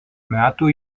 metų